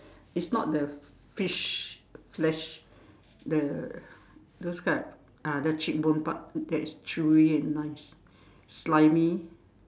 it's not the fish flesh the those type ah the cheek bone part that is chewy and nice slimy